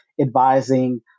advising